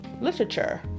literature